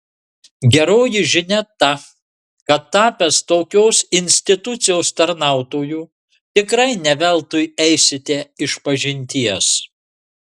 geroji žinia ta kad tapęs tokios institucijos tarnautoju tikrai ne veltui eisite išpažinties